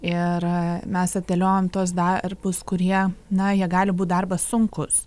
ir mes atidėliojam tuos darbus kurie na jie gali būt darbas sunkus